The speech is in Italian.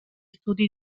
studi